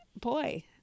boy